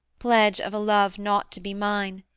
pledge of a love not to be mine,